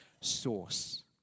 source